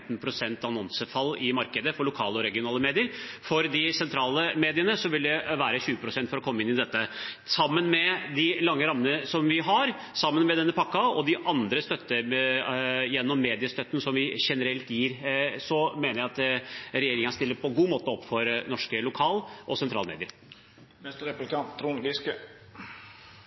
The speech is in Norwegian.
annonsefall i markedet for lokale og regionale medier. For de sentrale mediene vil det være 20 pst. for å komme inn under dette. Sammen med de lange rammene vi har, sammen med denne pakken og gjennom mediestøtten som vi generelt gir, mener jeg regjeringen stiller opp for norske lokale og sentrale medier på en god måte. Statsråden snakket varmt om den norske